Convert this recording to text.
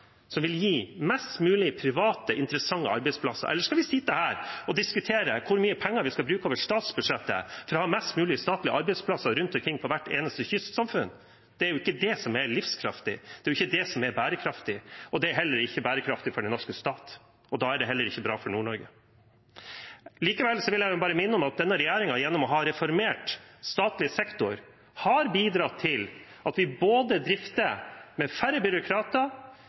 vil gi flest mulige private, interessante arbeidsplasser? Eller skal vi sitte her og diskutere hvor mye penger vi skal bruke over statsbudsjettet for å ha flest mulige statlige arbeidsplasser rundt omkring i hvert eneste kystsamfunn? Det er jo ikke det som er livskraftig. Det er jo ikke det som er bærekraftig. Det er ikke bærekraftig for den norske stat, og da er det heller ikke bra for Nord-Norge. Likevel vil jeg bare minne om at denne regjeringen gjennom å ha reformert statlig sektor har bidratt til at vi både drifter med færre byråkrater